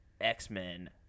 X-Men